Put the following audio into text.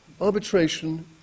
arbitration